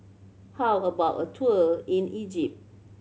how about a tour in Egypt